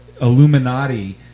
Illuminati